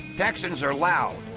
texans are loud.